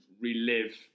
relive